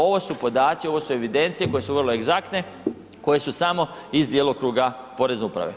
Ovo su podaci, ovo su evidencije koje su vrlo egzaktne, koje su samo iz djelokruga porezne uprave.